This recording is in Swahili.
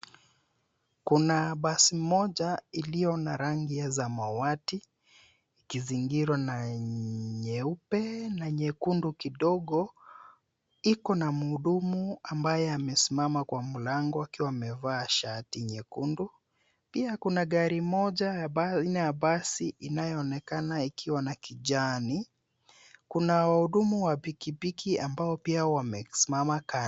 Kuna basi moja iliyo na rangi ya samwati ikizingirwa na nyeupe na nyekundu kidogo. Iko na mhudumu ambaye amesimama kwa mlango akiwa amevaa shati nyekundu. Pia kuna gari moja aina ya basi inayoonekana ikiwa na kijani. Kuna wahudumu wa pikipiki ambao pia wamesimama kando.